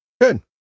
good